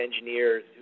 engineers